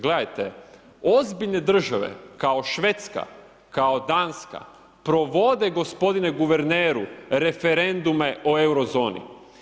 Gledajte, ozbiljne države kao Švedska, kao Danska, provode gospodine guverneru, referendume o Eurozoni.